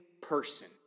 person